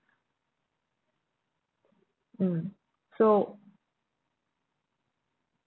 mm so